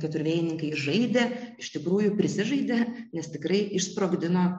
keturvėjininkai žaidė iš tikrųjų prisižaidė nes tikrai išsprogdino